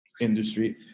industry